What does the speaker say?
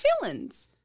feelings